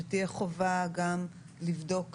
שתהיה חובה גם לבדוק - כלומר,